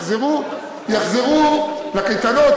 יחזרו לקייטנות,